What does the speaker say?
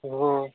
अ